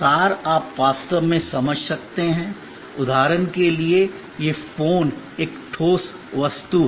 सार आप वास्तव में समझ सकते हैं उदाहरण के लिए यह फोन एक ठोस वस्तु है